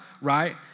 right